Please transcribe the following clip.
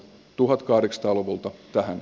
tuhot kahdeksaa luvut ottaa